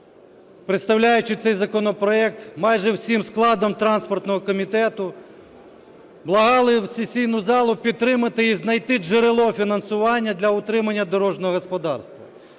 представляючи цей законопроект, майже всім складом транспортного комітету благали сесійну залу підтримати і знайти джерело фінансування для утримання дорожнього господарства.